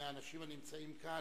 מהאנשים הנמצאים כאן,